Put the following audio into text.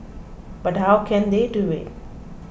but how can they do it